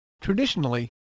Traditionally